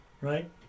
right